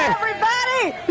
everybody.